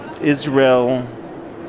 Israel